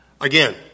Again